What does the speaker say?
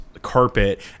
carpet